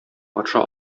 патша